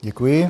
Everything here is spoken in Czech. Děkuji.